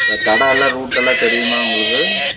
இந்த தடம் எல்லாம் ரூட்டல்லாம் தெரியுமா உங்களுக்கு